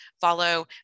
follow